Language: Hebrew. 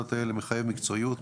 המגוונות האלה מחייב מקצועיות,